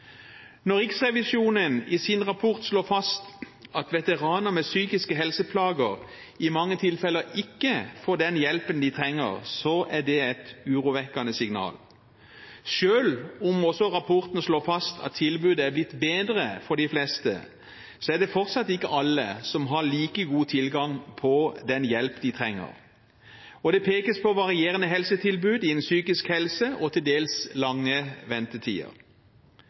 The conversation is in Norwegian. Når Riksrevisjonen i sin rapport slår fast at veteraner med psykiske helseplager i mange tilfeller ikke får den hjelpen de trenger, er det et urovekkende signal. Selv om rapporten også slår fast at tilbudet er blitt bedre for de fleste, er det fortsatt ikke alle som har like god tilgang på den hjelpen de trenger. Det pekes på varierende tilbud innenfor psykisk helse og til dels lange ventetider.